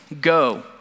go